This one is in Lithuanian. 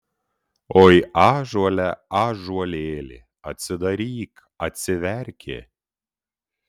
oi ąžuole ąžuolėli atsidaryk atsiverki